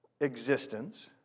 existence